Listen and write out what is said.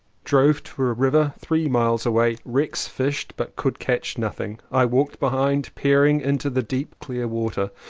drove to a river three miles away. rex fished, but could catch nothing. i walked behind, peering into the deep clear water,